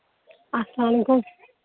السلامُ علیکُم